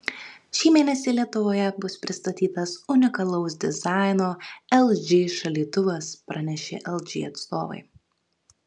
šį mėnesį lietuvoje bus pristatytas unikalaus dizaino lg šaldytuvas pranešė lg atstovai